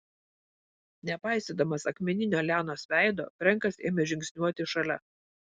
nepaisydamas akmeninio lianos veido frenkas ėmė žingsniuoti šalia